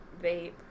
vape